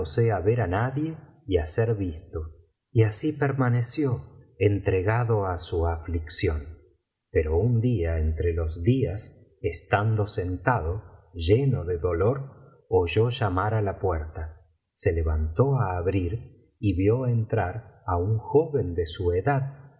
á ver á nadie y á ser visto y biblioteca valenciana generalitat valenciana histoeia de dulce amiga así permaneció entregado á su aflicción pero un día entre los días estando sentado lleno de dolor oyó llamar á la puerta se levantó á abrir y vio entrar á un joven de su edad